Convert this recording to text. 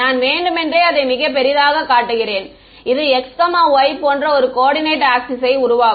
நான் வேண்டுமென்றே அதை மிகப் பெரியதாகக் காட்டுகிறேன் இது x y போன்ற ஒரு கோஓர்டினேட் ஆக்ஸிஸ் யை உருவாக்கும்